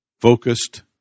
Focused